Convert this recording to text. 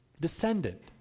descendant